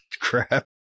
crap